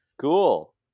cool